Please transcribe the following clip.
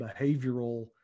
behavioral